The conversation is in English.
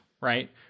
right